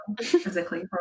physically